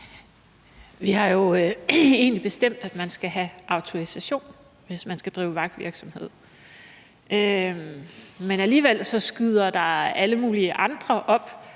Vi har jo egentlig bestemt, at man skal have autorisation, hvis man skal drive vagtvirksomhed, men alligevel skyder der alle mulige andre op,